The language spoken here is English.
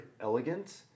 elegant